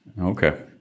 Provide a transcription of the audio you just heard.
Okay